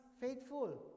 faithful